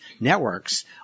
networks